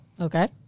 Okay